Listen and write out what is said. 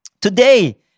Today